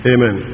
Amen